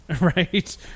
right